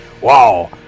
Wow